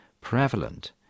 prevalent